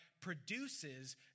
produces